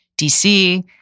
DC